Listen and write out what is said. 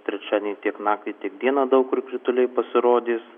trečiadienį tiek naktį tik dieną daug kur krituliai pasirodys